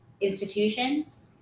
institutions